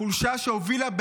חולשה שהובילה,